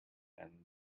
and